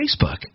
Facebook